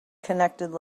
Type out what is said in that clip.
connected